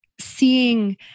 seeing